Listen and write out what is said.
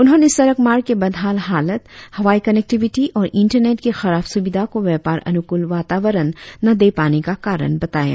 उन्होंने सड़क मार्ग के बदहाल हालत हवाई कनेक्टिविटी और इंटरनेट के खराब सुविधा को व्यापार अनुकूल वातावरण न दे पाने का कारण बताया